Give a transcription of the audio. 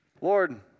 Lord